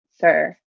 sir